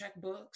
checkbooks